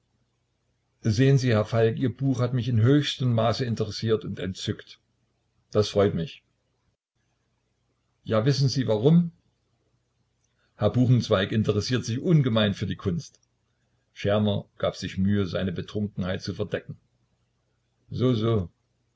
sehen sie herr falk ihr buch hat mich im höchsten maße interessiert und entzückt das freut mich ja wissen sie warum herr buchenzweig interessiert sich ungemein für die kunst schermer gab sich mühe seine betrunkenheit zu verdecken so so